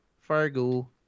Fargo